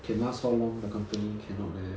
can last how long the company cannot leh